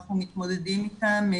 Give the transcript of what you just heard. שאנחנו מתמודדים איתן.